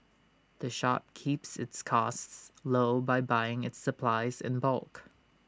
the shop keeps its costs low by buying its supplies in bulk